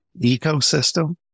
ecosystem